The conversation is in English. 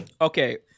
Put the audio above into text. Okay